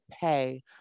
pay